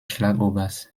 schlagobers